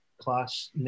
class